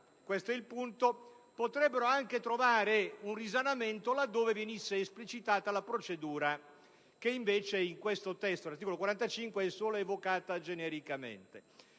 questo è il punto - potrebbero anche trovare un risanamento laddove venisse esplicitata la procedura, che invece nel testo dell'articolo 45 è solo evocata genericamente.